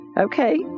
Okay